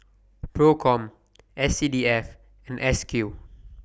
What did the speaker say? PROCOM S C D F and S Q